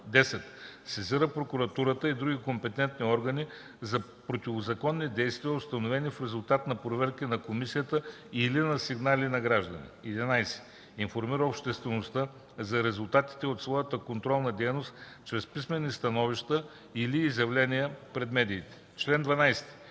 10. сезира прокуратурата и други компетентни органи, за противозаконни действия, установени в резултат на проверки на Комисията или на сигнали на граждани; 11. информира обществеността за резултатите от своята контролна дейност чрез писмени становища или изявления пред медиите. Чл.